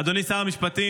אדוני שר המשפטים,